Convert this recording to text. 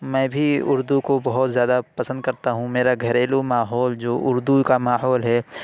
میں بھی اردو کو بہت زیادہ پسند کرتا ہوں میرا گھریلو ماحول جو اردو کا ماحول ہے